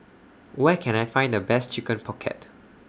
Where Can I Find The Best Chicken Pocket